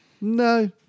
no